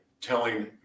telling